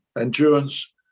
Endurance